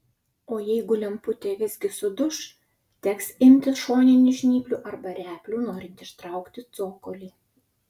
o jeigu lemputė visgi suduš teks imtis šoninių žnyplių arba replių norint ištraukti cokolį